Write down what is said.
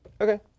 Okay